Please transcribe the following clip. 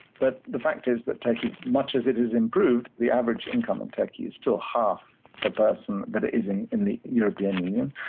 but the fact is that turkey. much as it has improved, the average income in turkey is still half per ah person that it is in in the european union.